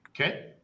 okay